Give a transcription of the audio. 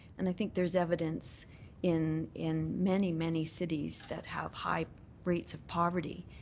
and i think there's evidence in in many, many cities that have high rates of poverty,